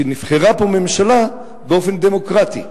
נבחרה פה ממשלה באופן דמוקרטי,